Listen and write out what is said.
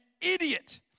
idiot